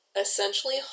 essentially